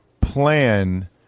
plan